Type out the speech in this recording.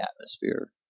atmosphere